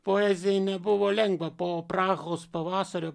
poezijai nebuvo lengva po prahos pavasario